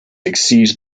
exceed